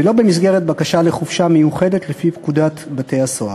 ולא במסגרת בקשה ל"חופשה מיוחדת" לפי פקודת בתי-הסוהר.